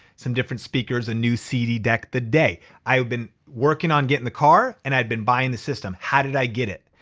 some different speakers, a new cd deck. the day, i had been working on getting the car and i'd been buying the system. how did i get it?